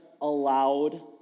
allowed